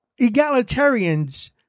egalitarians